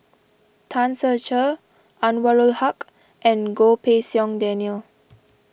Tan Ser Cher Anwarul Haque and Goh Pei Siong Daniel